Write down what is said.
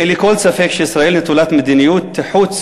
אין לי כל ספק שישראל נטולת מדיניות חוץ